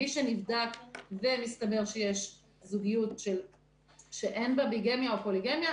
מי שנבדק ומסתבר שיש זוגיות שאין בה ביגמיה או פוליגמיה,